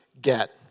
get